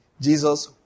Jesus